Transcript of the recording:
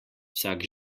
vsak